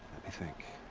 me think.